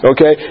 Okay